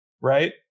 right